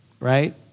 right